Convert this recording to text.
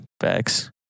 Facts